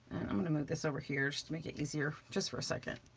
i'm gonna move this over here just to make it easier just for a second.